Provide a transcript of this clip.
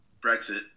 Brexit